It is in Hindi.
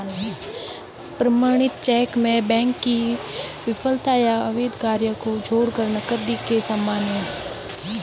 प्रमाणित चेक में बैंक की विफलता या अवैध कार्य को छोड़कर नकदी के समान है